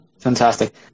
Fantastic